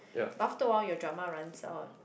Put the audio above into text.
but after awhile your drama runs out